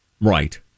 Right